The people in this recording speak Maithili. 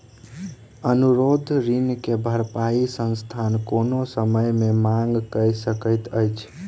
अनुरोध ऋण के भरपाई संस्थान कोनो समय मे मांग कय सकैत अछि